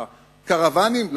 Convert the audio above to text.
הקרוונים,